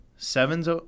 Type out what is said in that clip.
Sevens